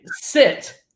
sit